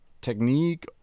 technique